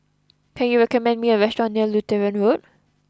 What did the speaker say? can you recommend me a restaurant near Lutheran Road